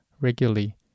regularly